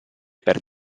per